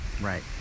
Right